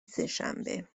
سهشنبه